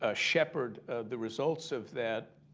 ah shepherd the results of that